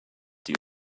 die